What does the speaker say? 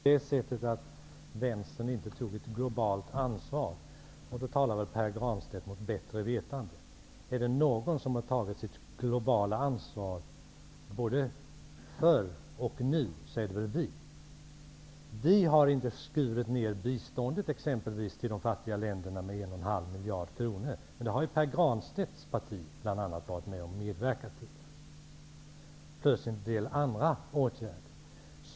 Herr talman! Pär Granstedt hävdar att Vänstern inte tar något globalt ansvar. Då talar väl Pär Granstedt mot bättre vetande. Är det några som har tagit sitt globala ansvar både förr och nu är det väl vi i Vänsterpartiet. Vi har t.ex. inte skurit ned biståndet till de fattiga länderna med 1,5 miljarder kronor. Det har bl.a. Pär Granstedts parti medverkat till. Det gäller även en del andra åtgärder.